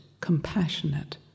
compassionate